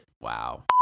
Wow